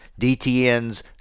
dtn's